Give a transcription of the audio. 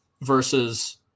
versus